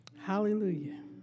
Hallelujah